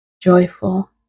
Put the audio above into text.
joyful